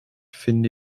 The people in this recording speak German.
finde